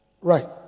Right